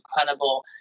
incredible